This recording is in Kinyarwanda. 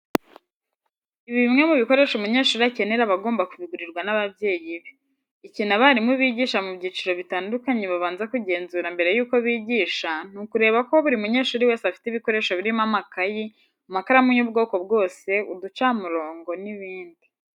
Bimwe mu bikoresho umunyeshuri akenera aba agomba kubigurirwa n'ababyeyi be. Ikintu abarimu bigisha mu byiciro bitandukanye babanza kugenzura mbere yuko bigisha, ni ukureba ko buri munyeshuri wese afite ibikoresho birimo amakayi, amakaramu y'ubwoko bwose, uducamurongo n'ibindi.